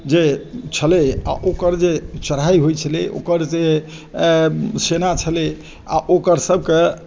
जे छलय आ ओकर जे चढ़ाई होइ छलै ओकर जे सेना छलै आ ओकर सबके